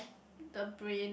the brain